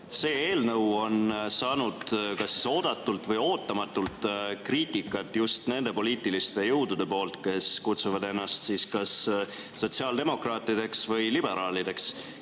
See eelnõu on saanud kas oodatult või ootamatult kriitikat just nendelt poliitilistelt jõududelt, kes kutsuvad ennast sotsiaaldemokraatideks või liberaalideks.